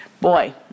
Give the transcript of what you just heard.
boy